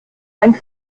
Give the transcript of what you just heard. ein